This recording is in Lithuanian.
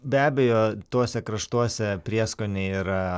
be abejo tuose kraštuose prieskoniai yra